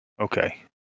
Okay